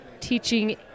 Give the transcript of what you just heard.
teaching